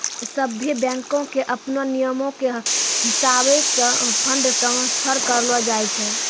सभ्भे बैंको के अपनो नियमो के हिसाबैं से फंड ट्रांस्फर करलो जाय छै